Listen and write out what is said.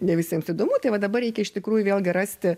ne visiems įdomu tai va dabar reikia iš tikrųjų vėlgi rasti